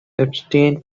abstain